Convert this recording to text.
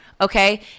Okay